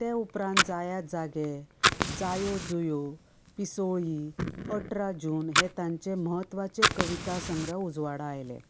ते उपरांत जायात जागे जायो जुयो पिसोळीं अठरा जून हे तांचें महत्वाचे कविता संग्रह उजवाडा आयले